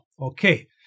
okay